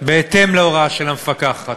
בהתאם להוראה של המפקחת.